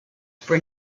for